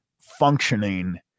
functioning